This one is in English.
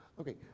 Okay